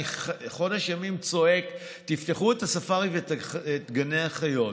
אני חודש ימים צועק: תפתחו את הספארי ואת גני החיות,